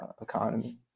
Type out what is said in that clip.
economy